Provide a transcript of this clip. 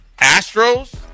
Astros